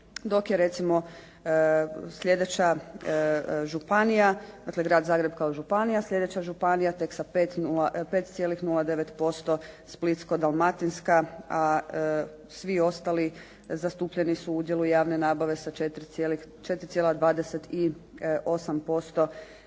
dok je recimo sljedeća županija, dakle Grad Zagreb kao županija, sljedeća županija tek sa 5,09% Splitsko-dalmatinska, a svi ostali zastupljeni su udjelu javne nabave sa 4,28%.